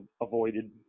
avoided